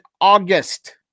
August